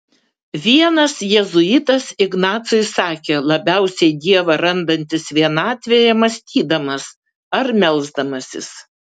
vienas jėzuitas ignacui sakė labiausiai dievą randantis vienatvėje mąstydamas ar melsdamasis